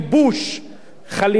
כך קבע השופט לוי,